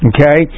Okay